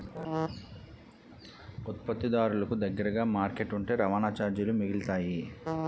ఉత్పత్తిదారులకు దగ్గరగా మార్కెట్ ఉంటే రవాణా చార్జీలు మిగులుతాయి